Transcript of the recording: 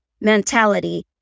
mentality